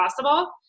possible